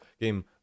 game